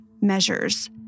measures